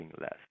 less